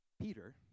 Peter